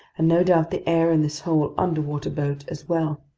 and no doubt the air in this whole underwater boat as well.